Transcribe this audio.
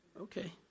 Okay